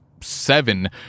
seven